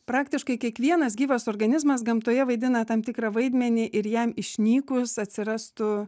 praktiškai kiekvienas gyvas organizmas gamtoje vaidina tam tikrą vaidmenį ir jam išnykus atsirastų